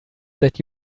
that